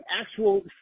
actual